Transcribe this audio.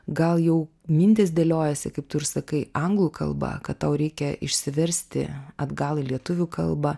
gal jau mintys dėliojasi kaip tu ir sakai anglų kalba kad tau reikia išsiversti atgal į lietuvių kalbą